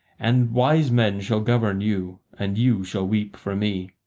and wise men shall govern you, and you shall weep for me.